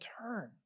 turn